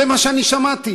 זה מה שאני שמעתי,